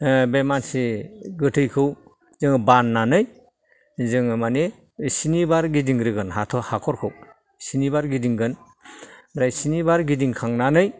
बे मानसि गोथैखौ जोङो बान्नानै जोङो मानि स्निबार गिदिंग्रोगोन हाख'रखौ स्निबार गिदिंगोन ओमफ्राय स्निबार गिदिंखांनानै